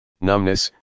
numbness